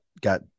got